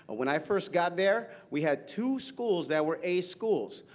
when i first got there, we had two schools that were a schools.